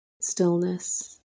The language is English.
stillness